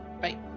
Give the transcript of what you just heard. Bye